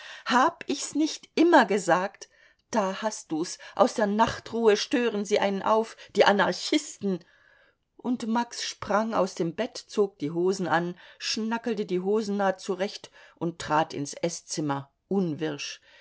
hab ich's nicht immer gesagt da hast du's aus der nachtruhe stören sie einen auf die anarchisten und max sprang aus dem bett zog die hosen an schnackelte die hosennaht zurecht und trat ins eßzimmer